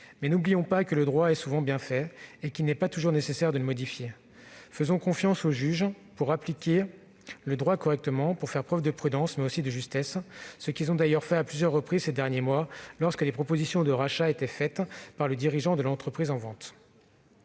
n'oublions pas que le droit est souvent bien fait et qu'il n'est pas toujours nécessaire de le modifier. Faisons confiance aux juges pour l'appliquer correctement, pour faire preuve de prudence, mais aussi de justesse, ce qu'ils ont d'ailleurs fait à plusieurs reprises ces derniers mois lorsque des propositions de rachat ont été faites par le dirigeant de l'entreprise en vente.